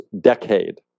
decade